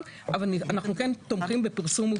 אם את רוצה סעיף נוסף --- את כבר פותחת את הפקודה,